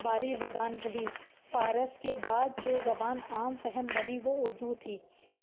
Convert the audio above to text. باری زبان رہی فارس کے بعد جو زبان عام فہم بنی وہ اردو تھی